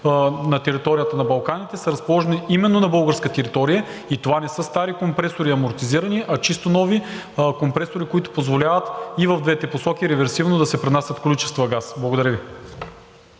на територията на Балканите са разположени именно на българска територия и това не са стари компресори, амортизирани, а чисто нови компресори, които позволяват и в двете посоки реверсивно да се пренасят количества газ. Благодаря Ви.